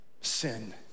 sin